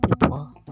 people